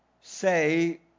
say